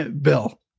Bill